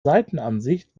seitenansicht